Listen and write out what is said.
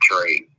trade